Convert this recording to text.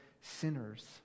sinners